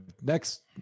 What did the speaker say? next